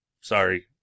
sorry